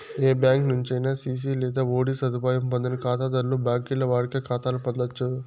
ఏ బ్యాంకి నుంచైనా సిసి లేదా ఓడీ సదుపాయం పొందని కాతాధర్లు బాంకీల్ల వాడుక కాతాలు పొందచ్చు